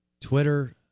Twitter